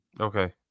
Okay